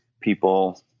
people